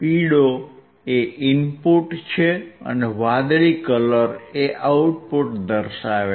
પીળો એ ઇનપુટ છે અને વાદળી એ આઉટપુટ દર્શાવે છે